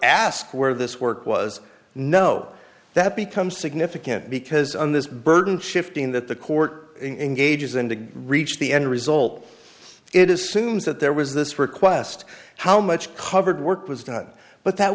ask where this work was know that becomes significant because on this burden shifting that the court in engages in to reach the end result it is soon is that there was this request how much covered work was done but that